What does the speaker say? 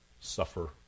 suffer